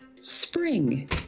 spring